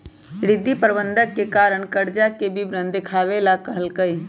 रिद्धि प्रबंधक के कर्जा के विवरण देखावे ला कहलकई